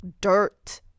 dirt